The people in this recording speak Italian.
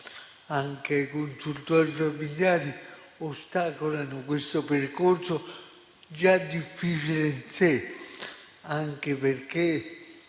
anche ai consultori familiari ostacolano questo percorso, già difficile in sé, anche perché